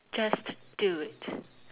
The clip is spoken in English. just do it